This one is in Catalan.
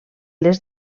les